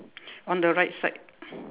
on the right side